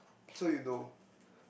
so you know